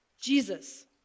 Jesus